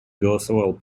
голосовал